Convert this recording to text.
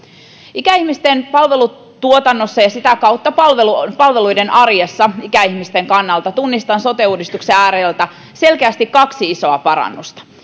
ikäihmisten palvelutuotannossa ja sitä kautta palveluiden palveluiden arjessa ikäihmisten kannalta tunnistan sote uudistuksen ääreltä selkeästi kaksi isoa parannusta